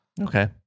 okay